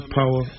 power